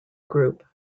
group